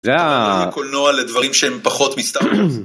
זה ה... קודם כל נועה לדברים שהם פחות...